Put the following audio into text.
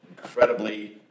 Incredibly